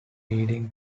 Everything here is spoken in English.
leading